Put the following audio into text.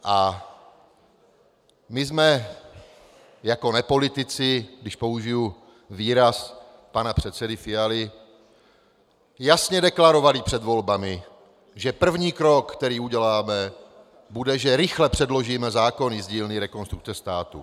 A my jsme jako nepolitici, když použiji výraz pana předsedy Fialy, jasně deklarovali před volbami, že první krok, který uděláme, bude, že rychle předložíme zákony z dílny Rekonstrukce státu.